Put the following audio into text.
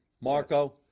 Marco